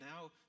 now